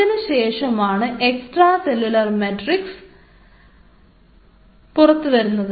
അതിനുശേഷമാണ് extra cellular matrix material പുറത്തുവരുന്നത്